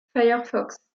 firefox